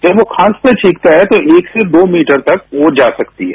जब हम खांसते छिकते हैं तो एक से दो मीटर तक वो जा सकती है